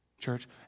church